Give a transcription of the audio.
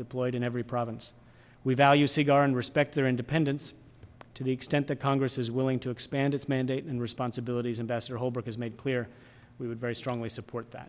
deployed in every province we value cigar and respect their independence to the extent that congress is willing to expand its mandate and responsibilities investor holbrooke has made clear we would very strongly support that